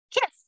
kiss